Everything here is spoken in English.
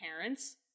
parents